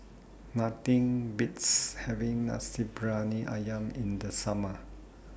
Nothing Beats having Nasi Briyani Ayam in The Summer